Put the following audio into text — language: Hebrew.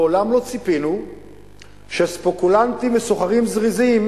מעולם לא ציפינו שספקולנטים וסוחרים זריזים,